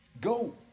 Go